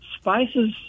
Spices